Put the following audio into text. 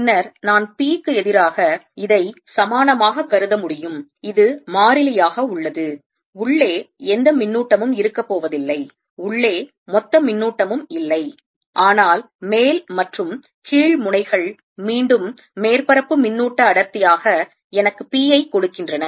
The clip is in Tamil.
பின்னர் நான் p க்கு எதிராக இதை சமானமாக கருத முடியும் இது மாறிலியாக உள்ளது உள்ளே எந்த மின்னூட்டமும் இருக்கப்போவதில்லை உள்ளே மொத்த மின்னூட்டமும் இல்லை ஆனால் மேல் மற்றும் கீழ் முனைகள் மீண்டும் மேற்பரப்பு மின்னூட்ட அடர்த்தியாக எனக்கு p ஐ கொடுக்கின்றன